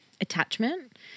attachment